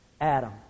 Adam